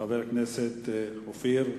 חבר הכנסת אופיר פינס-פז.